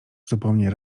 zupełnie